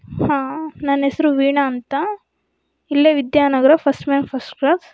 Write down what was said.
ಹಾಂ ನನ್ನ ಹೆಸರು ವೀಣಾ ಅಂತ ಇಲ್ಲೇ Vidyanagar first main first cross